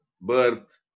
birth